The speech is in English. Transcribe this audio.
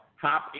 Hop